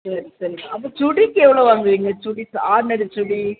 சரி சரிங்க அப்போ சுடிக்கு எவ்வளோ வாங்குவீங்க சுடிக்கு ஆர்ட்னரி சுடி